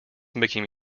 making